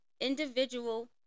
individual